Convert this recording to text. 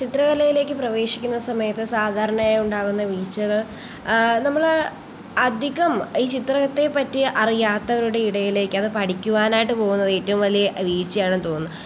ചിത്രകലയിലേക്ക് പ്രവേശിക്കുന്ന സമയത്ത് സാധാരണയായി ഉണ്ടാകുന്ന വീഴ്ച്ചകൾ നമ്മൾ അധികം ഈ ചിത്രത്തെപ്പറ്റി അറിയാത്തവരുടെ ഇടയിലേക്ക് അത് പഠിക്കുവാനായിട്ട് പോകുന്നത് ഏറ്റവും വലിയ വീഴ്ച്ചയാണെന്ന് തോന്നും